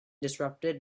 disrupted